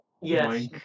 Yes